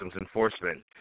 Enforcement